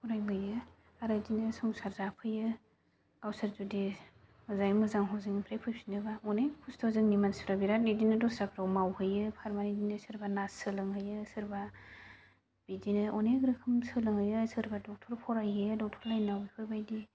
फरायबोयो आरो बिदिनो संसार जाफैयो गावसोर जुदि मोजाङै मोजां हजोंनिफ्राय फैफिनोबा अनेक खस्त' जोंनि मानसिफ्रा बेराद बिदिनो दस्राफ्राव मावहैयो पारमानेन्टनो सोरबा नार्स सोलोंहैयो सोरबा बिदिनो अनेक रोखोम सोलोंहैयो सोरबा डक्ट'र फरायहैयो डक्ट'र लाइनआव बेफोरबायदि